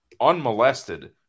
unmolested